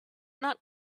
not